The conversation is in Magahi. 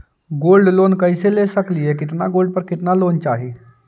गोल्ड लोन कैसे ले सकली हे, कितना गोल्ड पर कितना लोन चाही?